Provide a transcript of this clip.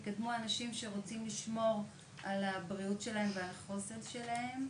יקדמו אנשים שרוצים לשמור על הבריאות שלהם ועל החוסן שלהם.